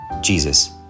Jesus